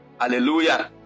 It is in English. Hallelujah